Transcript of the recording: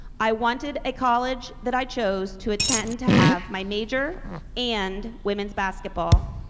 i wanted a college that i choose to attend to have my major and women's basketball.